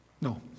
No